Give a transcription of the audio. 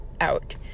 out